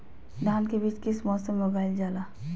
धान के बीज किस मौसम में उगाईल जाला?